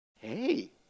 hey